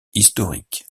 historique